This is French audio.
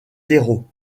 terreaux